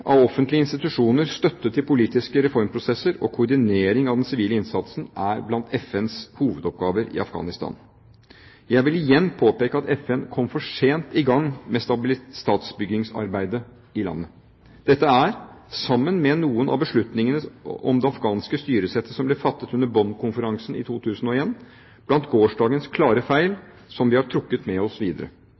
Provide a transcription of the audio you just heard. av offentlige institusjoner, støtte til politiske reformprosesser og koordinering av den sivile innsatsen er blant FNs hovedoppgaver i Afghanistan. Jeg vil igjen påpeke at FN kom for sent i gang med statsbyggingsarbeidet i landet. Dette er, sammen med noen av beslutningene om det afghanske styresettet som ble fattet under Bonn-konferansen i 2001, blant gårsdagens klare feil som vi har trukket med oss videre.